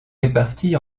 réparties